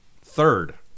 Third